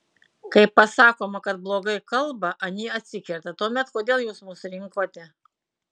kai pasakoma kad blogai kalba anie atsikerta tuomet kodėl jūs mus rinkote